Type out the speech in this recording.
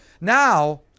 Now